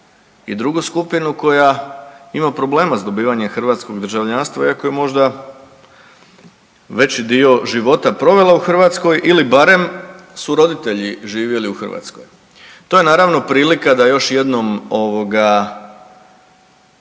i drugu skupinu koja ima problema s dobivanjem hrvatskog državljanstva iako je možda veći dio života provela u Hrvatskoj ili barem su roditelji živjeli u Hrvatskoj. To je naravno prilika da još jednom ovoga,